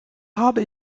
habe